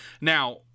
Now